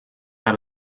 how